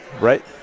Right